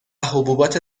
حبوبات